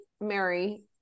Mary